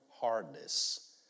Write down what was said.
hardness